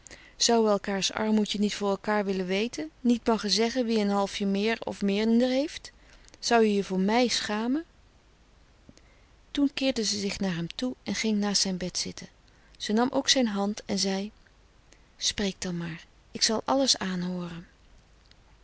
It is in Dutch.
we elkaars armoedje niet voor elkaar wille weten niet magge zegge wie een halfie meer of minder heeft zou je je voor mij schame toen keerde ze zich naar hem toe en ging naast zijn bed zitten ze nam ook zijn hand en zei spreek dan maar ik zal alles aanhooren